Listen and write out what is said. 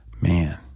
man